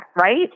right